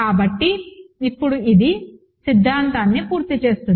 కాబట్టి ఇప్పుడు ఇది సిద్ధాంతాన్ని పూర్తి చేస్తుంది